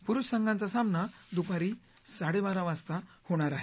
पुरुष संघाचा सामना दुपारी साडेबारा वाजता होणार आहे